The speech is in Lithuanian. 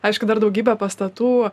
aišku dar daugybė pastatų